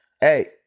hey